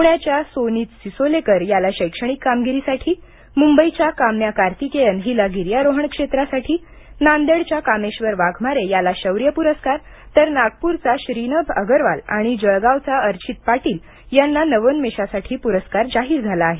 पुण्याच्या सोनित सिसोलेकर याला शैक्षणिक कामगिरीसाठी मुंबईच्या काम्या कार्तिकेयन हिला गिर्यारोहण क्षेत्रासाठी नांदेडच्या कामेश्वर वाघमारे याला शौर्य पुरस्कार तर नागपूरचा श्रीनभ अगरवाल आणि जळगांवचा अर्चित पाटील यांना नवोन्मेषासाठी पुरस्कार जाहीर झाला आहे